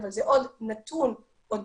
אבל זה עוד נתון אודות